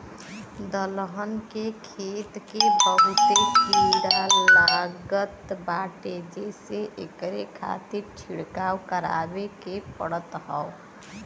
दलहन के खेत के बहुते कीड़ा लागत बाटे जेसे एकरे खातिर छिड़काव करवाए के पड़त हौ